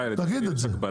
תגיד את זה.